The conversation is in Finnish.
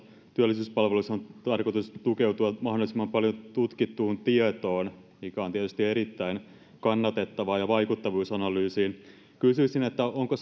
työllisyyspalveluissa on tarkoitus tukeutua mahdollisimman paljon tutkittuun tietoon mikä on tietysti erittäin kannatettavaa ja vaikuttavuusanalyysiin kysyisin onko